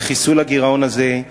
לחיסול הגירעון הזה,